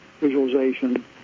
visualization